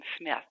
Smith